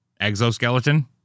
exoskeleton